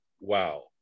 wow